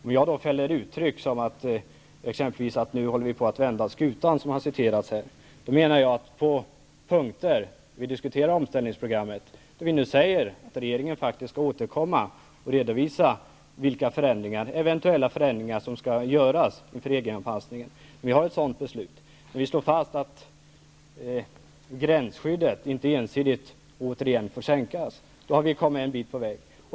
Om jag då använder uttryck som att vi nu håller på att vända skutan, vilket har citerats här, menar jag att på de punkter där vi diskuterar omställningsprogrammet där vi nu säger att regeringen faktiskt skall återkomma och redovisa vilka eventuella förändringar som skall göras inför EG anpassningen. Vi har ett sådant beslut. När vi slår fast att gränsskyddet inte återigen får sänkas ensidigt har vi kommit en bit på väg.